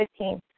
15